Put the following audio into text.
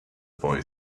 boy